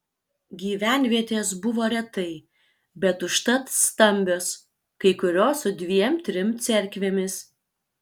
gyvenvietės buvo retai bet užtat stambios kai kurios su dviem trim cerkvėmis